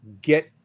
get